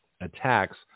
attacks